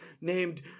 named